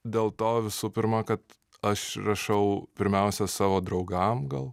dėl to visų pirma kad aš rašau pirmiausia savo draugam gal